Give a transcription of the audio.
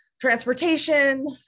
transportation